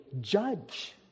judge